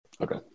Okay